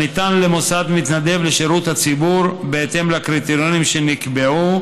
הניתן למוסד מתנדב לשירות הציבור בהתאם לקריטריונים שנקבעו,